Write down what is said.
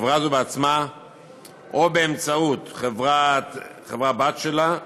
חברה זו, בעצמה או באמצעות חברה-בת שלה,